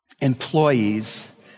employees